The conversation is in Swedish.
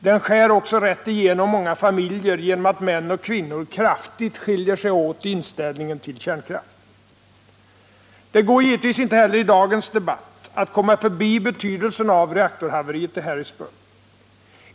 Den skär också rätt igenom många familjer genom att män och kvinnor kraftigt skiljer sig åt i inställningen till kärnkraft. Det går givetvis inte heller i dagens debatt att komma förbi betydelsen av reaktorhaveriet i Harrisburg.